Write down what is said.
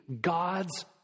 God's